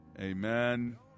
amen